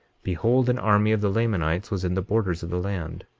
behold an army of the lamanites was in the borders of the land.